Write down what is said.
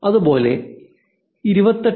അതുപോലെ 28